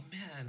man